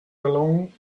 along